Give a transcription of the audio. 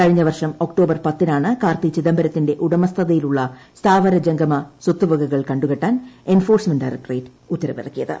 കഴിഞ്ഞ വർഷം ഒക്ടോബർ പത്തിനാണ് കാർത്തി ചിദംബരത്തിന്റെ ഉടമസ്ഥതയിലുള്ള സ്ഥാവരജംഗമ സ്വത്തുവകകൾ കണ്ടുകെട്ടാൻ എൻഫോഴ്സ്മെന്റ് ഡയറക്ടറേറ്റ് ഉത്തരവിറക്കിയത്